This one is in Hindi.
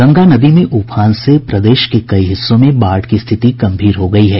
गंगा नदी में उफान से प्रदेश के कई हिस्सों में बाढ़ की स्थिति गंभीर हो गयी है